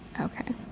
Okay